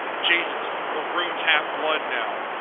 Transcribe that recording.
jesus. the room's half-blood now.